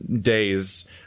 Days